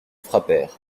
frappèrent